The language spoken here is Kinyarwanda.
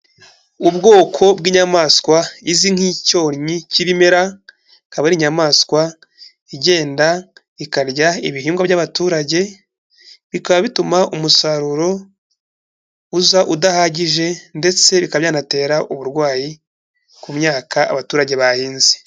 Ubwoko bw'inyamaswa izwi nk'icyonnyi cy'ibimera, ikaba ari inyamaswa igenda ikarya ibihingwa by'abaturage, bikaba bituma umusaruro uza udahagije, ndetse bikaba byanatera uburwayi ku myaka abaturage bahinze.